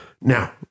Now